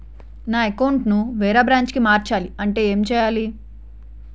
నా అకౌంట్ ను వేరే బ్రాంచ్ కి మార్చాలి అంటే ఎం చేయాలి?